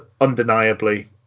undeniably